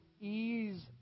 ease